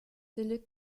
deluxe